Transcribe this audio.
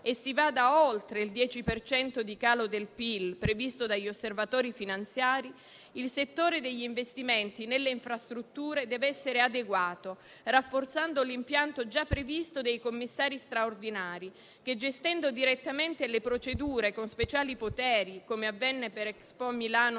e si vada oltre il 10 per cento di calo del PIL previsto dagli osservatori finanziari, il settore degli investimenti nelle infrastrutture deve essere adeguato, rafforzando l'impianto già previsto dei commissari straordinari, che gestendo direttamente le procedure con speciali poteri, come avvenne per Expo Milano